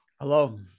Hello